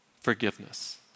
forgiveness